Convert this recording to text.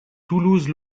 toulouse